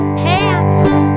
pants